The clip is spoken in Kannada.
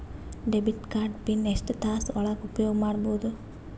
ಡೆಬಿಟ್ ಕಾರ್ಡ್ ಪಿನ್ ಎಷ್ಟ ತಾಸ ಒಳಗ ಉಪಯೋಗ ಮಾಡ್ಬಹುದು?